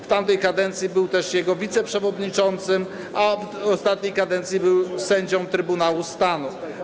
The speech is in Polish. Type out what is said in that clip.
W tamtej kadencji był też jego wiceprzewodniczącym, a w ostatniej kadencji był sędzią Trybunału Stanu.